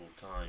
time